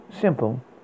Simple